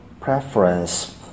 preference